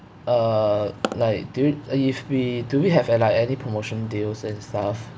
uh like do you if we do we have a like any promotion deals and stuff